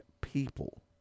people